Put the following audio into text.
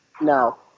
No